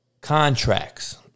contracts